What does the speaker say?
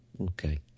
Okay